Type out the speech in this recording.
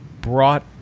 brought